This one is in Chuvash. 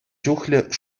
чухлӗ